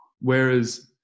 Whereas